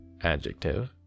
adjective